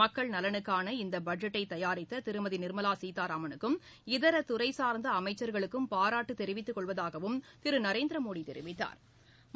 மக்கள் நலனுக்கான இந்த பட்ஜெட்டை தயாரித்த திருமதி நிர்மலா சீதாராமனுக்கும் இதர துறை சா்ந்த அமைச்சா்களுக்கும் பாராட்டு தெரிவித்துக் கொள்வதாகவும் திரு நரேந்திரமோடி தெரிவித்தாா்